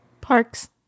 Parks